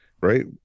right